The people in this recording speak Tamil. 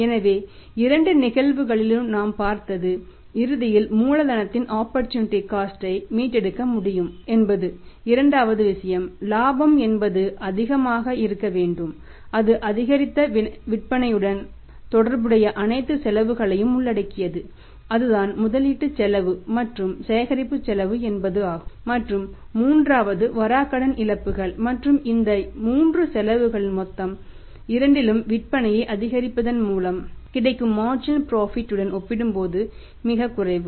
எனவே இரண்டு நிகழ்வுகளிலும் நாம் பார்த்தது இறுதியில் மூலதனத்தின் ஆப்பர்சூனிட்டி காஸ்ட் உடன் ஒப்பிடும்போது மிகவும் குறைவு